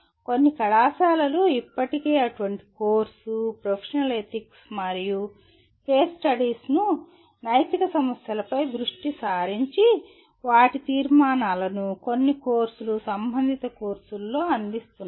కొన్ని కళాశాలలు ఇప్పటికే అటువంటి కోర్సు ప్రొఫెషనల్ ఎథిక్స్ మరియు కేస్ స్టడీస్ను నైతిక సమస్యలపై దృష్టి సారించి వాటి తీర్మానాలను కొన్ని కోర్సులు సంబంధిత కోర్సుల్లో అందిస్తున్నాయి